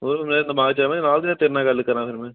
ਮਤਲਬ ਮੇਰੇ ਦਿਮਾਗ 'ਚ ਐਵੇਂ ਨਾਲ ਦੀ ਤੇਰੇ ਨਾਲ ਗੱਲ ਕਰਾਂ ਫਿਰ ਮੈਂ